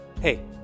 Hey